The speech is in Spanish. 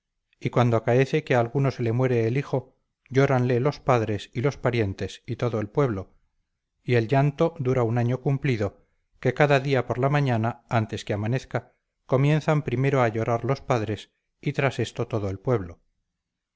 y cuando acaece que a alguno se le muere el hijo llóranle los padres y los parientes y todo el pueblo y el llanto dura un año cumplido que cada día por la mañana antes que amanezca comienzan primero a llorar los padres y tras esto todo el pueblo